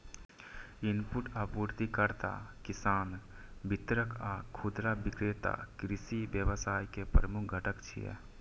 input आपूर्तिकर्ता, किसान, वितरक आ खुदरा विक्रेता कृषि व्यवसाय के प्रमुख घटक छियै